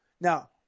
Now